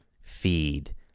feed